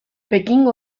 pekingo